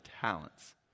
talents